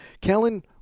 Kellen